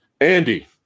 Andy